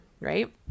right